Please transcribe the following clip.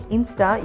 Insta